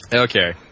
Okay